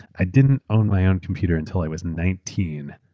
i didn't own my own computer until i was nineteen,